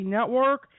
Network